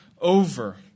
over